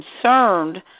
concerned